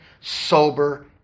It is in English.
sober